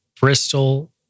Bristol